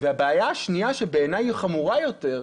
והבעיה השנייה שבעיניי היא חמורה יותר,